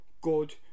good